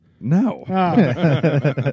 No